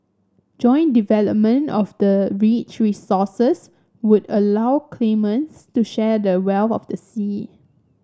joint development of the rich resources would allow claimants to share the wealth of the sea